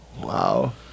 wow